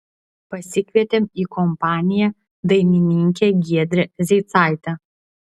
pasikvietėm į kompaniją dainininkę giedrę zeicaitę